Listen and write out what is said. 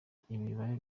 imibare